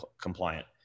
compliant